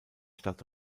stadt